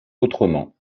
autrement